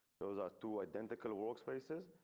those are two identical workspaces